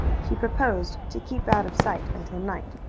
he proposed to keep out of sight until night,